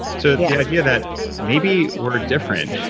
so the idea that maybe we're different,